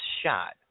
shot